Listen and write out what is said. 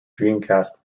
dreamcast